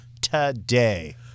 Today